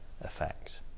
effect